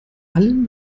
allen